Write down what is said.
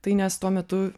tai nes tuo metu